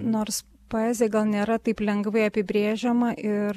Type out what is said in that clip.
nors poezija gal nėra taip lengvai apibrėžiama ir